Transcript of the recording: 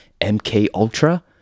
MKUltra